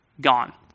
gone